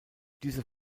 diese